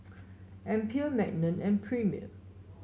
Alpen Magnum and Premier